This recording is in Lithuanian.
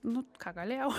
nu ką galėjau